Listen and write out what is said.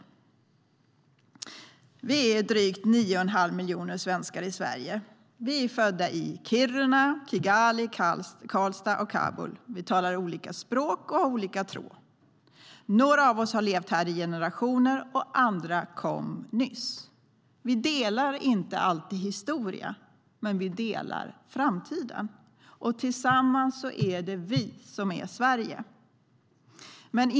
Vi är drygt 9 1⁄2 miljon svenskar i Sverige. Några av oss har levt här i generationer, och andra kom nyss. Tillsammans är det vi som är Sverige.